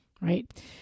right